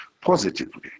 positively